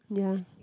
ya